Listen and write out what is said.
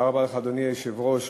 אדוני היושב-ראש,